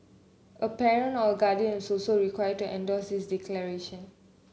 a parent or guardian is also required to endorse this declaration